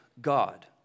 God